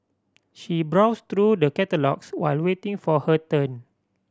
she browsed through the catalogues while waiting for her turn